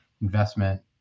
investment